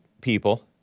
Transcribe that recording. people